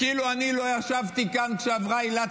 כאילו אני לא ישבתי כאן כשעברה עילת